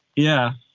yeah,